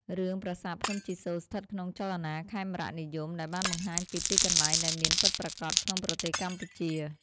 រឿង ប្រាសាទភ្នំជីសូរ ស្ថិតក្នុងចលនាខេមរនិយម ដែលបានបង្ហាញពី ទីកន្លែងដែលមានពិតប្រាកដក្នុងប្រទេសកម្ពុជា។